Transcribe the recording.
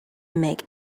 make